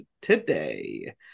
today